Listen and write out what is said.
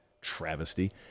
Travesty